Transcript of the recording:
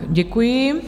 Děkuji.